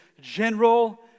general